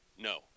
No